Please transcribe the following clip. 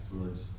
words